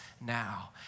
now